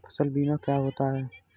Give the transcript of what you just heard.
फसल बीमा क्या होता है?